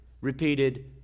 repeated